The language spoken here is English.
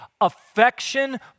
affection